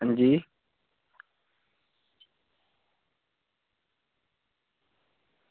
अंजी